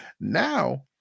Now